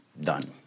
done